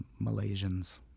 Malaysians